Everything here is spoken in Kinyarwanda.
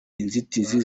inzitizi